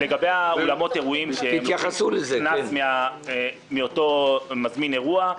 לגבי אולמות אירועים קנס מאותו מזמין אירוע.